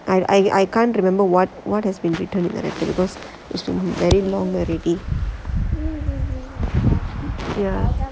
I I I can't remember what has been written because it's been very long already ya